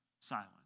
silent